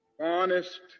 honest